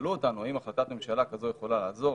שאלנו אותנו: האם החלטת ממשלה כזו יכולה לעזור?